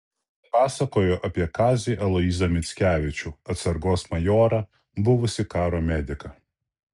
pasakojo apie kazį aloyzą mickevičių atsargos majorą buvusį karo mediką